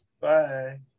bye